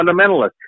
fundamentalist